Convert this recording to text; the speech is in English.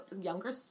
younger